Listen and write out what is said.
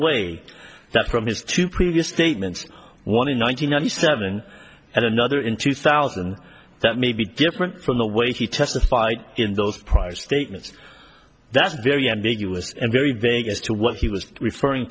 way that from his two previous statements one in one thousand nine hundred seven and another in two thousand that may be different from the way he testified in those prior statements that's very ambiguous and very big as to what he was referring